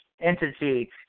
entity